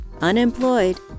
unemployed